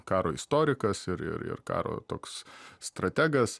karo istorikas ir ir ir karo toks strategas